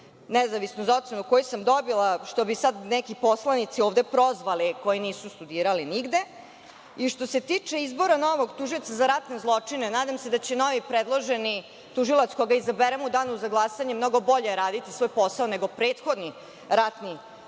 nezavisno za ocenu koju sam dobila, što bi sad neki poslanici ovde prozvali koji nisu studirali nigde. Što se tiče izbora novog tužioca za ratne zločine, nadam se da će novi predloženi tužilac koga izaberemo u danu za glasanje mnogo bolje raditi svoj posao nego prethodni ratni tužilac.